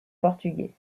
portugais